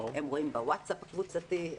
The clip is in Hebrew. הם רואים בווטסאפ הקבוצתי,